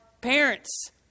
parents